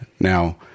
Now